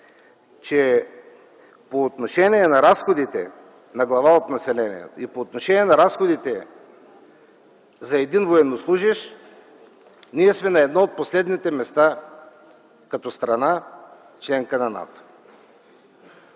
че по отношение на разходите на глава от населението и по отношение на разходите за един военнослужещ ние сме на едно от последните места като страна членка на НАТО.